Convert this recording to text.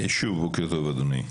שוב, בוקר טוב, אדוני.